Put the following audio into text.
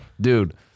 Dude